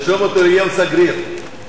15) (ממשל תאגידי בחברת איגרות חוב),